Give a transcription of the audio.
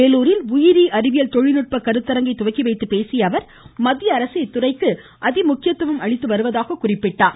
வேலூரில் உயிரி அறிவியல் தொழில்நுட்ப கருத்தரங்கத்தை துவக்கி வைத்து பேசிய அவர் மத்திய அரசு இத்துறைக்கு அதிக முக்கியத்துவம் அளித்து வருவதாக கூறினார்